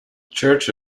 church